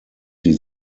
sie